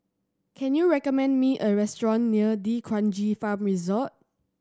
can you recommend me a restaurant near D'Kranji Farm Resort